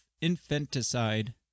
infanticide